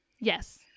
Yes